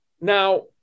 Now